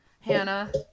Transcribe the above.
Hannah